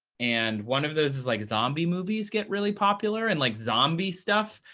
and one of those is like zombie movies get really popular, and like zombie stuff.